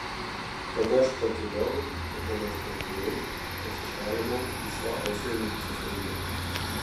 tada aš pakilau ir demonstratyviai pasišalinau iš šio aušrininkų susirinkimo